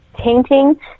tainting